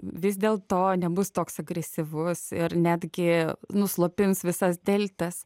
vis dėl to nebus toks agresyvus ir netgi nuslopins visas deltas